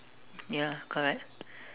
ya correct